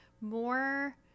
more